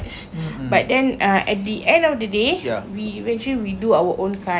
but then uh at the end of the day we eventually we do our own card